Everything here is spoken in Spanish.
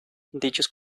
dichos